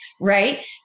right